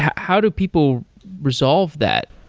how do people resolve that?